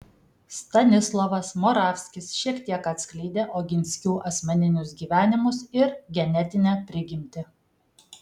stanislovas moravskis šiek tiek atskleidė oginskių asmeninius gyvenimus ir genetinę prigimtį